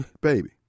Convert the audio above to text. baby